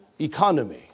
economy